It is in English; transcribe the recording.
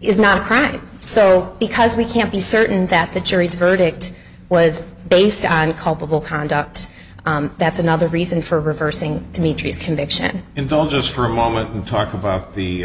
is not a crime so because we can't be certain that the jury's verdict was based on culpable conduct that's another reason for reversing to me trees conviction and don't just for a moment and talk about the